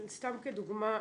סתם כדוגמא,